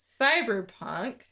Cyberpunk